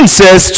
says